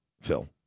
Phil